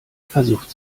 versucht